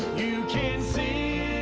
can see